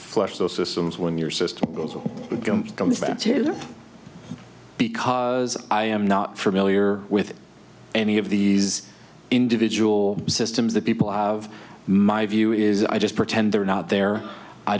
flush those systems when your system goes comes back to because i am not familiar with any of these individual systems that people have my view is i just pretend they're not there i